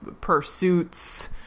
pursuits